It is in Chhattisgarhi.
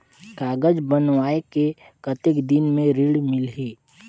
कागज बनवाय के कतेक दिन मे ऋण मिलही?